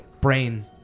brain